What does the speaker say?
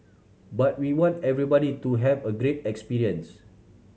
but we want everybody to have a great experience